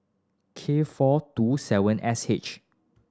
K four two seven S H